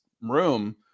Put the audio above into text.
room